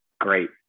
great